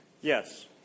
Yes